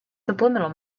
subliminal